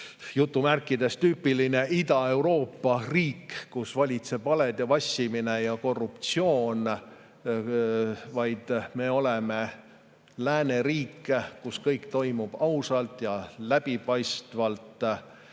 mingisugune "tüüpiline" Ida-Euroopa riik, kus valitsevad valed ja vassimine ja korruptsioon, vaid me oleme lääneriik, kus kõik toimub ausalt ja läbipaistvalt,